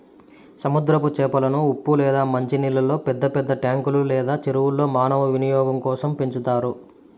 సముద్రపు చేపలను ఉప్పు లేదా మంచి నీళ్ళల్లో పెద్ద పెద్ద ట్యాంకులు లేదా చెరువుల్లో మానవ వినియోగం కోసం పెంచుతారు